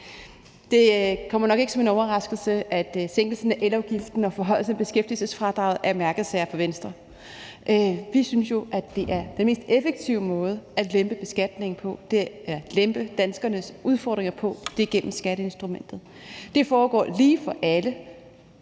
Det kommer nok ikke som en overraskelse, at sænkelsen af elafgiften og forhøjelsen af beskæftigelsesfradraget er mærkesager for Venstre. Vi synes jo, at den mest effektive måde at lempe danskernes udfordringer på er igennem skatteinstrumentet. Det foregår lige for alle,